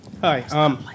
Hi